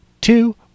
two